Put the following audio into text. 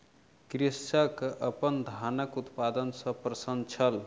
कृषक अपन धानक उत्पादन सॅ प्रसन्न छल